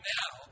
now